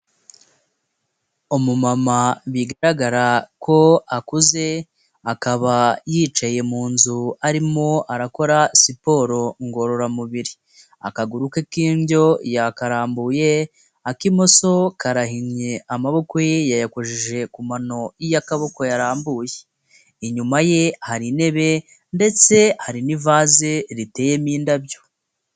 Umumama bigaragara ko akuze akaba yicaye mu nzu arimo arakora siporo ngororamubiri akaguru ke k'indyo yakarambuye ak'imoso karahinnye amaboko ye yayakoje ku mano y'akaboko yarambuye inyuma ye hari intebe ndetse hari n'ivase riteyemo indabyo.